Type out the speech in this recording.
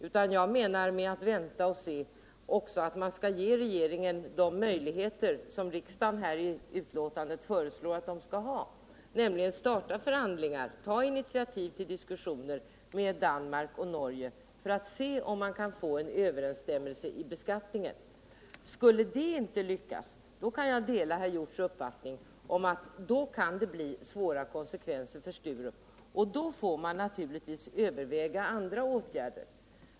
När jag säger att man bör vänta och se menar jag att vi skall ge regeringen de möjligheter som utskottet föreslår i betänkandet, nämligen möjligheter att starta förhandlingar, att ta initiativ till diskussioner med Danmark och Norge för att se om det går att åstadkomma en överensstämmelse i beskattningen osv. Skulle det inte lyckas kan jag dela herr Hjorths uppfattning att det kan bli svåra konsekvenser för Sturup, och då får man naturligtvis överväga andra åtgärder.